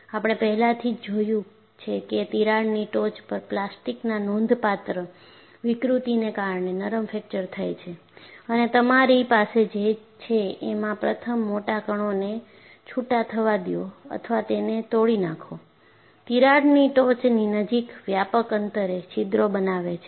આપણે પહેલાથી જ જોયું છે કે તિરાડની ટોચ પર પ્લાસ્ટિકના નોંધપાત્ર વિકૃતિને કારણે નરમ ફ્રેક્ચર થાય છે અને તમારી પાસે જે છે એમાં પ્રથમ મોટા કણોને છૂટા થવા દયો અથવા તેને તોડી નાખો તિરાડની ટોચની નજીક વ્યાપક અંતરે છિદ્રો બનાવે છે